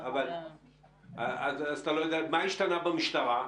מה השתנה במשטרה?